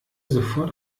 sofort